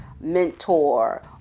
mentor